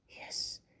Yes